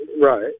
Right